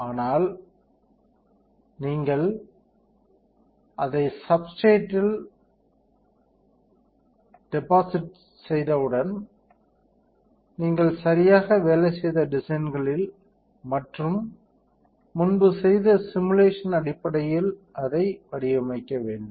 ஆனால் நீங்கள் அதை சப்ஸ்டிரேட் டெபாசிட்டில் செய்தவுடன் நீங்கள் சரியாக வேலை செய்த டிசைன்களில் மற்றும் முன்பு செய்த சிமுலேஷன் அடிப்படையில் அதை வடிவமைக்க வேண்டும்